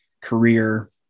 career